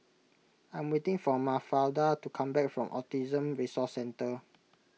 I'm waiting for Mafalda to come back from Autism Resource Centre